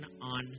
on